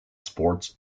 sports